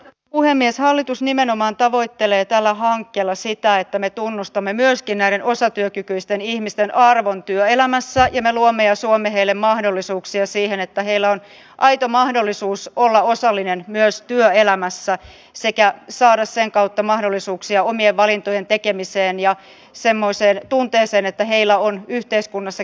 nyt puhemies hallitus nimenomaan tavoittelee tällä hankkeella sitä että me tunnustamme myöskin äänen osatyökykyisten ihmisten arvoon työelämässä ja me luomme ja suomen kielen mahdollisuuksia siihen että heillä on aito mahdollisuus olla osallinen myös työelämässä sekä saada sen kautta mahdollisuuksia omien valintojen tekemiseen ja semmoiseen tunteeseen että heillä on yhteiskunnassa